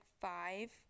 five